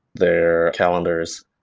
their calendars,